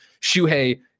Shuhei